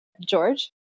George